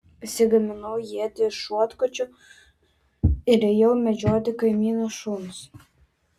pasigaminau ietį iš šluotkočio ir ėjau medžioti kaimyno šuns